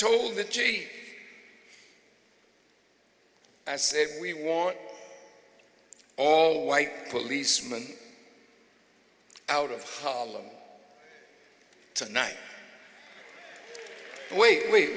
told the jury i said we want all white policeman out of harlem tonight wait wait